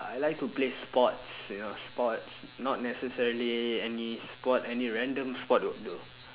I like to play sports you know sports not necessarily any sport any random sport will do